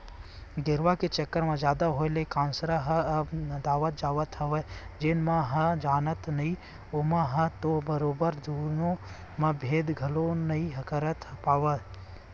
गेरवा के चलन जादा होय ले कांसरा ह अब नंदावत जावत हवय जेन मन ह जानय नइ ओमन ह तो बरोबर दुनो म भेंद घलोक नइ कर पाय